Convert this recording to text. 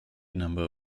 number